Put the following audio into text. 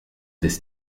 this